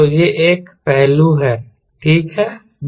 तो यह एक पहलू है ठीक है